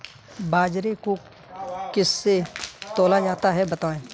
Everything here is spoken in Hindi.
बाजरे को किससे तौला जाता है बताएँ?